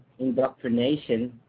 indoctrination